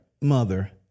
mother